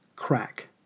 crack